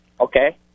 Okay